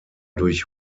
durch